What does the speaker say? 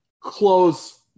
close